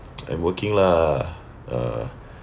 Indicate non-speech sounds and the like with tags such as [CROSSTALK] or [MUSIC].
[NOISE] I'm working lah uh